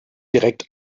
direkt